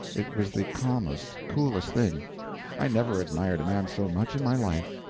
it was the calmest, coolest thing i never admired a man so much in my life.